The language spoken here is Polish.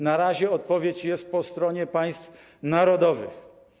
Na razie odpowiedź jest po stronie państw narodowych.